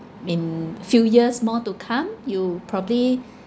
in few years more to come you probably